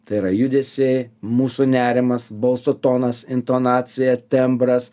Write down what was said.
tai yra judesiai mūsų nerimas balso tonas intonacija tembras